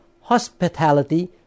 hospitality